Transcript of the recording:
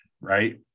right